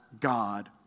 God